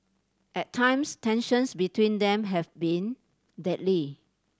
at times tensions between them have been deadly